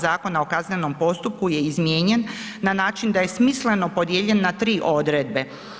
Zakona o kaznenom postupku je izmijenjen, na način da je smisleno podijeljen na tri odredbe.